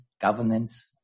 governance